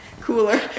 cooler